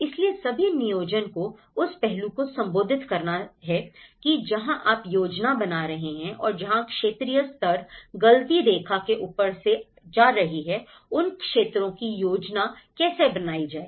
इसलिए सभी नियोजन को उस पहलू को संबोधित करना है कि जहां आप योजना बना रहे हैं और जहां क्षेत्रीय स्तर गलती रेखा के ऊपर से जा रही है उन क्षेत्रों की योजना कैसे बनाई जाए